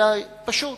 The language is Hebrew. אלא פשוט